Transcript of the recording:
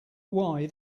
why